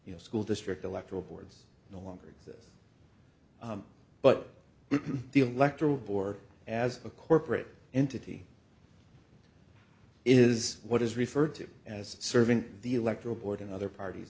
your school district electoral boards no longer exist but the electoral board as a corporate entity is what is referred to as serving the electoral board and other parties